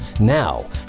Now